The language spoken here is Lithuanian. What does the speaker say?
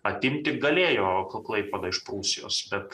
atimti galėjo klaipėdą iš prūsijos bet